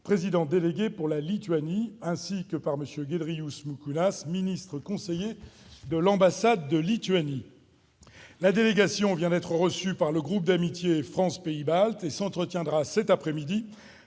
président délégué pour la Lituanie, ainsi que par M. Giedrius Mickūnas, ministre-conseiller de l'ambassade de Lituanie. La délégation vient d'être reçue par le groupe d'amitié France-Pays baltes et s'entretiendra cet après-midi